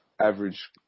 average